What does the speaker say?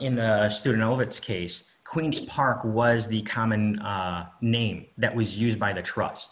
in the student over its case queen's park was the common name that was used by the trust